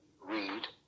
read